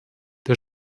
der